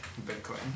Bitcoin